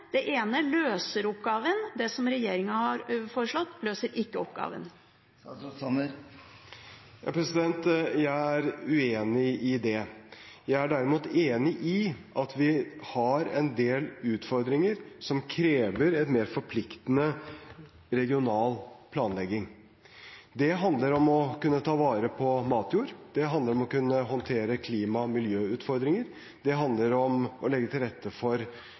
Det ene løser oppgaven – det som regjeringen har foreslått, løser ikke oppgaven. Jeg er uenig i det. Jeg er derimot enig i at vi har en del utfordringer som krever en mer forpliktende regional planlegging. Det handler om å kunne ta vare på matjord, det handler om å kunne håndtere klima- og miljøutfordringer, det handler om å legge til rette for